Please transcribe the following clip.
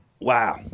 wow